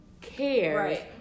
cares